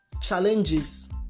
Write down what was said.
challenges